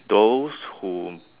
those who